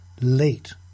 late